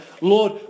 Lord